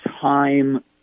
time